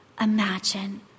imagine